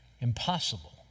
impossible